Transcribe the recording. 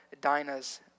Dinah's